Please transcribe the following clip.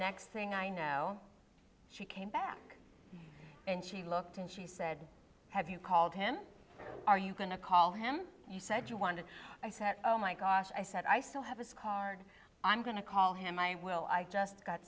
next thing i know she came back and she looked and she said have you called him are you going to call him you said you wanted to oh my gosh i said i still have his card i'm going to call him i will i just got